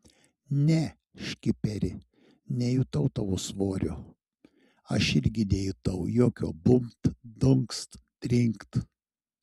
ne škiperi nejutau tavo svorio aš irgi nejutau jokio bumbt dunkst trinkt